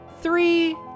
Three